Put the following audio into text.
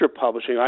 Publishing